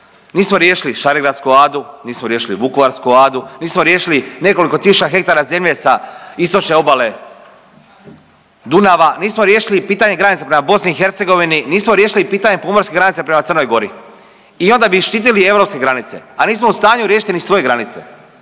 Nismo riješili Šarengradsku adu, nismo riješili Vukovarsku adu, nismo riješili nekoliko tisuća hektara zemlje sa istočne obale Dunava, nismo riješili pitanje granica prema BiH, nismo riješili pitanje pomorskih granica prema Crnoj Gori i onda bi štitili europske granice, a nismo u stanju riješiti ni svoje granice.